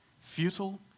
futile